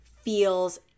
feels